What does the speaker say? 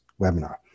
webinar